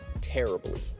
terribly